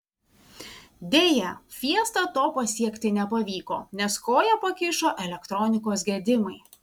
deja fiesta to pasiekti nepavyko nes koją pakišo elektronikos gedimai